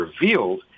revealed